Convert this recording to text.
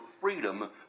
freedom